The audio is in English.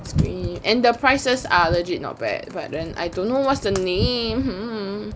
and the prices are legit not bad but then I don't know what's the name